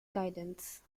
guidance